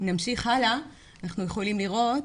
בהמשך אנחנו יכולים לראות,